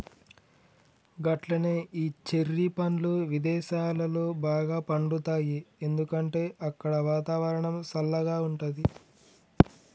గట్లనే ఈ చెర్రి పండ్లు విదేసాలలో బాగా పండుతాయి ఎందుకంటే అక్కడ వాతావరణం సల్లగా ఉంటది